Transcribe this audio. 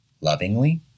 lovingly